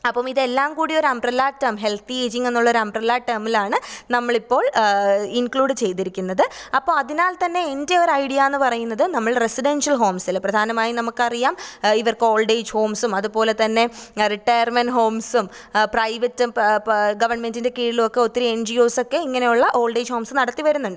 അപ്പം ഇതെല്ലാം കൂടി ഒരു അംബ്രലാ ടെം ഹെൽത്തി എയ്ജിങ് എന്നുള്ള ഒരു അംബ്രല്ല ടെമിലാണ് നമ്മൾ ഇപ്പോൾ ഇൻക്ലൂഡ് ചെയ്തിരിക്കുന്നത് അപ്പോൾ അതിനാൽ തന്നെ എൻ്റെ ഒരു ഐഡിയാ എന്ന് പറയുന്നത് നമ്മൾ റെസിഡൻഷ്യൽ ഹോംസില് പ്രധാനമായും നമുക്ക് അറിയാം ഇവർക്ക് ഓൾഡ് ഏജ് ഹോംസും അതുപോലെത്തന്നെ റിട്ടയർമെൻറ്റ് ഹോംസും പ്രൈവറ്റും ഗവൺമെൻറ്റിൻ്റെ കീഴിലൊക്കെ ഒത്തിരി എൻ ജി യോസ് ഒക്കെ ഇങ്ങനെയുള്ള ഓൾഡ് ഏജ് ഹോംസ് നടത്തിവരുന്നുണ്ട്